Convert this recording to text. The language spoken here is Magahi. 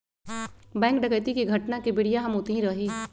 बैंक डकैती के घटना के बेरिया हम ओतही रही